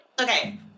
Okay